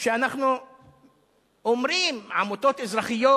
כשאנחנו אומרים "עמותות אזרחיות",